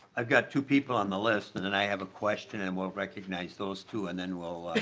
i've got two people on the list and and i have a question and will recognize those two and then we'll